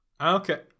Okay